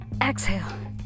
exhale